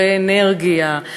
באנרגיה,